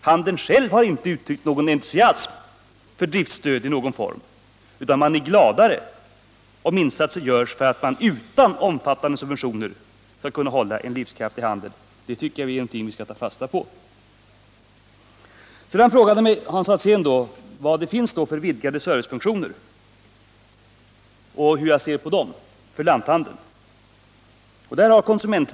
Handeln själv har inte uttryckt någon entusiasm för driftstöd i någon form, utan man är gladare om insatser görs för att man utan omfattande subventioner skall kunna driva en livskraftig handel. Det tycker jag är någonting som vi bör ta fasta på. Hans Alsén frågade mig sedan vilka vidgade servicefunktioner det finns för lanthandeln och hur jag ser på dessa.